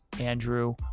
Andrew